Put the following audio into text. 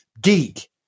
geek